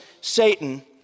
Satan